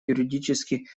юридически